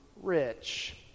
rich